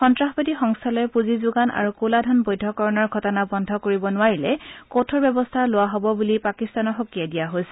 সন্তাসবাদী সংস্থালৈ পুঁজি যোগান আৰু কলা ধন বৈধকৰণৰ ঘটনা বন্ধ কৰিব নোৱাৰিলে কঠোৰ ব্যৱস্থা লোৱা হব বুলি পাকিস্থানক সকিয়াই দিয়া হৈছে